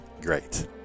great